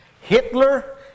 Hitler